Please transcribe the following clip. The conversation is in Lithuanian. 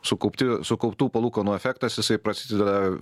sukaupti sukauptų palūkanų efektas jisai prasideda